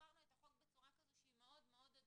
ותפרנו את החוק הזה בצורה שהיא מאוד הדוקה